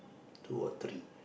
two or three